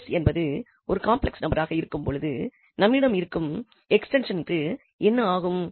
𝑠 என்பது ஒரு காம்ப்ளெக்ஸ் நம்பராக இருக்கும் பொழுது நம்மிடம் இருக்கும் எக்ஸ்டென்சனிற்கு என்ன ஆகும்